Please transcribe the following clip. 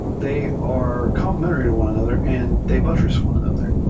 they are complementary to one another and they buttress one another.